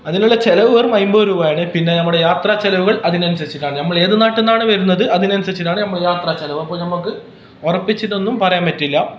അതിനുള്ള ചിലവ് വെറും അൻപത് രൂപയാണ് പിന്നെ നമ്മുടെ യാത്രാ ചിലവുകൾ അതിനനുസരിച്ചിട്ടാണ് നമ്മൾ ഏത് നാട്ടിൽ നിന്നാണ് വരുന്നത് അതിനനുസരിച്ചിട്ടാണ് ചിലവ് അപ്പോൾ നമുക്ക് ഉറപ്പിച്ചിട്ടൊന്നും പറയാൻ പറ്റില്ല